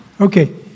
Okay